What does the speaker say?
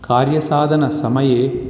कार्यसाधनसमये